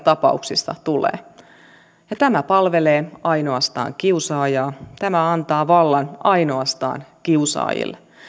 tapauksista tulee tämä palvelee ainoastaan kiusaajaa tämä antaa vallan ainoastaan kiusaajille